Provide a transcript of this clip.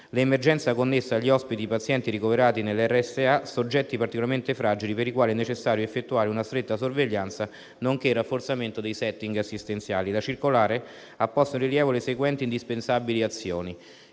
l'emergenza connessa agli ospiti e i pazienti ricoverati nelle RSA, soggetti particolarmente fragili per i quali è necessario effettuare una stretta sorveglianza, nonché il rafforzamento dei *setting* assistenziali. La circolare ha posto in rilievo le seguenti e indispensabili azioni: